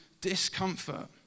discomfort